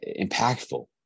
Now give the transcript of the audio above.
impactful